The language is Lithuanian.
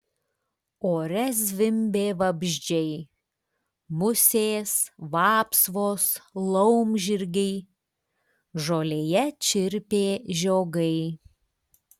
ore zvimbė vabzdžiai musės vapsvos laumžirgiai žolėje čirpė žiogai